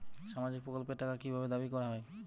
সামাজিক প্রকল্পের টাকা কি ভাবে দাবি করা হয়?